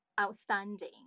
outstanding